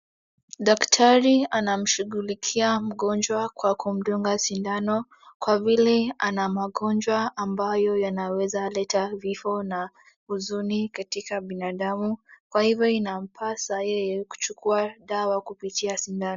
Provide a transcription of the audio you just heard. Daktari anamshughulikia mgonjwa kwa kumdunga sindano, kwa vile ana magonjwa ambayo yanaweza leta vifo na huzuni katika binadamu kwa hivyo inampasa yeye kuchukua dawa kupitia sindano.